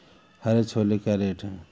हरे छोले क्या रेट हैं?